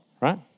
right